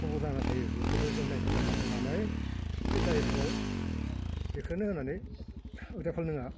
थुबुर जाना थायो बेफोरखौ जों नायफा नायफा नायनानै बे दायपल बेखौनो होनानै दायपल नङा